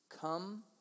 Come